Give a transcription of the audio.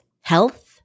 health